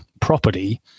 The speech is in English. property